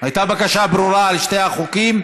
הייתה בקשה ברורה, על שני החוקים,